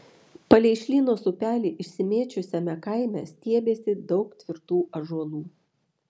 palei šlynos upelį išsimėčiusiame kaime stiebėsi daug tvirtų ąžuolų